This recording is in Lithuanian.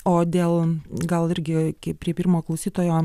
o dėl gal irgi kaip prie pirmo klausytojo